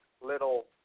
little